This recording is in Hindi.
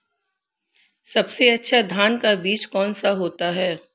सबसे अच्छा धान का बीज कौन सा होता है?